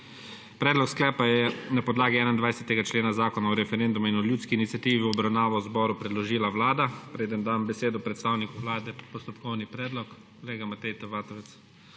Predlog sklepa je na podlagi 21. člena Zakona o referendumu in o ljudski iniciativi v obravnavo zboru predložila Vlada. Preden dam besedo predstavniku Vlade, postopkovni predlog. Kolega Matej T. Vatovec.